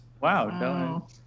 Wow